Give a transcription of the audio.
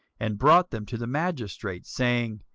and brought them to the magistrates, saying,